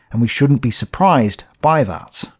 and we shouldn't be surprised by that.